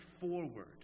forward